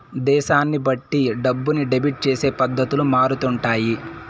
దేశాన్ని బట్టి డబ్బుని డెబిట్ చేసే పద్ధతులు మారుతుంటాయి